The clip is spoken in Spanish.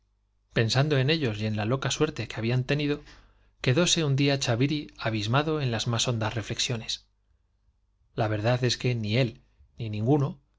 pensando en ellos y en la loca suerte que habían en las m'ás tenido quedóse un día chaviri abismado ni nin hondas reflexiones la verdad es que ni él á no